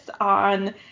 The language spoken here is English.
on